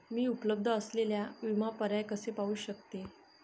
मी उपलब्ध असलेले विमा पर्याय कसे पाहू शकते?